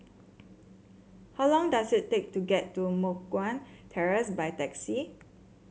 how long does it take to get to Moh Guan Terrace by taxi